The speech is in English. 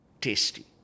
tasty